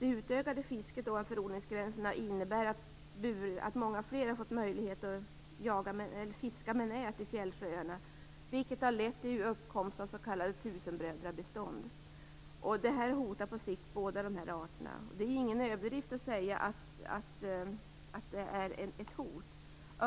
Det utökade fisket ovanför odlingsgränserna har inneburit att många fler har fått möjlighet att fiska med nät i fjällsjöarna, vilket har lett till uppkomst av s.k. tusenbrödrabestånd. Detta hotar på sikt båda dessa arter. Det är ingen överdrift att säga att det är ett hot.